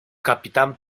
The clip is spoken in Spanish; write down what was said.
capitán